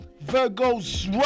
Virgo's